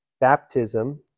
baptism